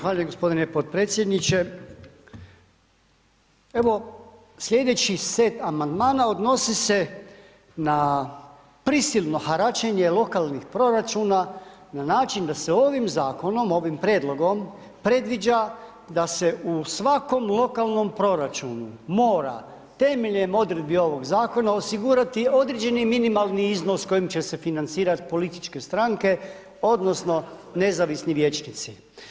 Evo, sljedeći set amandmana odnosi se na prisilno haračenje lokalnih proračuna na način da se ovim zakonom, ovim prijedlogom predviđa da se u svakom lokalnom proračunu mora temeljem odredbi ovog zakona osigurati određeni minimalni iznos kojim će se financirati političke stranke, odnosno nezavisni vijećnici.